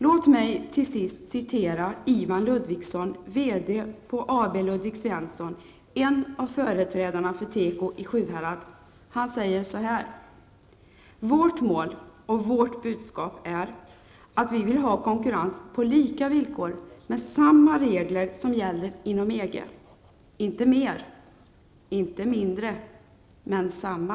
Låt mig citera Ivan Ludvigsson, VD för AB Ludvig Svensson, en av företrädarna för teko i Sjuhärad. Han säger så här: ''Vårt mål och vårt budskap är att vi vill ha konkurrens på lika villkor, med samma regler som gäller inom EG. Inte mer, inte mindre, men samma.''